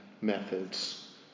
methods